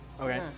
Okay